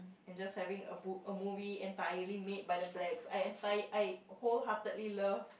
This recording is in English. and just having a book a movie entirely made by the blacks I entire I wholeheartedly love